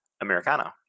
Americano